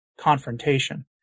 confrontation